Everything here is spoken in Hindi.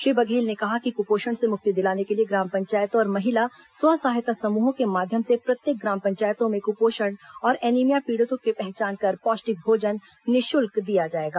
श्री बघेल ने कहा कि कुपोषण से मुक्ति दिलाने के लिए ग्राम पंचायतों और महिला स्व सहायता समूहों के माध्यम से प्रत्येक ग्राम पंचायतों में कुपोषण और एनीमिया पीड़ितों की पहचान कर पौष्टिक भोजन निःशुल्क दिया जाएगा